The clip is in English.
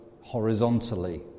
horizontally